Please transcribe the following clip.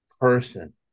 person